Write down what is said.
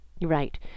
Right